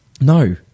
No